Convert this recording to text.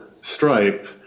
stripe